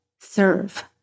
serve